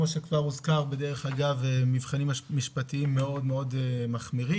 כמו שכבר הוזכר בדרך אגב מבחנים משפטיים מאוד מאוד מחמירים,